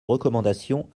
recommandations